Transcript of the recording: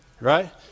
right